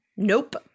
Nope